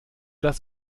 das